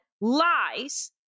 lies